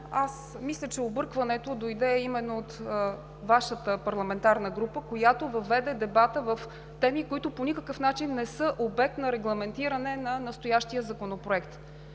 аз мисля, че объркването дойде именно от Вашата парламентарна група, която въведе дебата в теми, които по никакъв начин не са обект на регламентиране на настоящия законопроект.